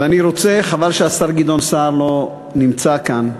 חבל שהשר גדעון סער לא נמצא כאן.